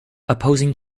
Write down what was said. opposing